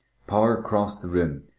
power crossed the room,